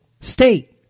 state